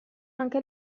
anche